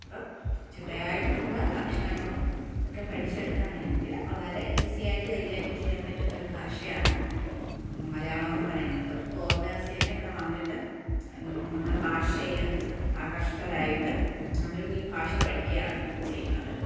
അപ്പം ചിട്ടയായിട്ട് നമ്മൾ അക്ഷരങ്ങളും ഒക്കെ പഠിച്ച് എടുക്കുകയാണെങ്കിൽ വളരെ ഈസിയായിട്ട് കൈകാര്യം ചെയ്യാന് പറ്റുന്ന ഒരു ഭാഷയാണ് മലയാളമെന്ന് പറയുന്നത് ഫോറിനേഴ്സുതന്നെ ഇവിടെ വന്നിട്ട് നമ്മുടെ ഭാഷയിൽ ആകൃഷ്ടരായിട്ട് അവരും ഈ ഭാഷ പഠിക്കുകയാണ് ചെയ്യുന്നത്